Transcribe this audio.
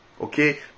okay